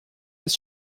des